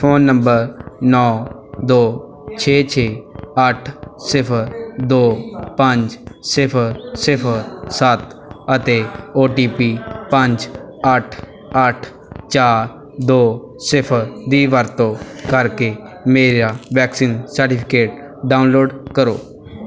phone number ਨੌਂ ਦੋ ਛੇ ਛੇ ਅੱਠ ਸਿਫਰ ਦੋ ਪੰਜ ਸਿਫਰ ਸਿਫਰ ਸੱਤ ਅਤੇ ਓ ਟੀ ਪੀ ਪੰਜ ਅੱਠ ਅੱਠ ਚਾਰ ਦੋ ਸਿਫਰ ਦੀ ਵਰਤੋਂ ਕਰਕੇ ਮੇਰਾ ਵੈਕਸੀਨ ਸਰਟੀਫਿਕੇਟ ਡਾਊਨਲੋਡ ਕਰੋ